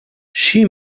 she